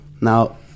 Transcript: Now